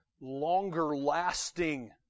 longer-lasting